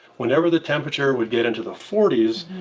whenever the temperature would get into the forties,